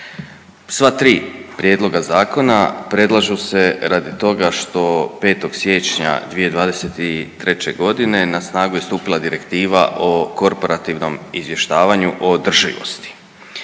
Sva tri prijedloga zakona predlažu se radi toga što 5. siječnja 2023. godine na snagu je stupila direktiva o korporativnom izvještavanju o održivosti